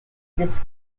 this